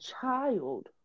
child